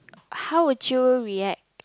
how would you react